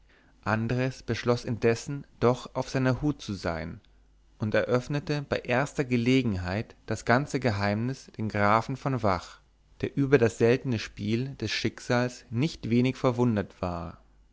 andres beschloß indessen doch auf seiner hut zu sein und eröffnete bei erster gelegenheit das ganze geheimnis dem grafen von vach der über das seltene spiel des schicksals nicht wenig verwundert war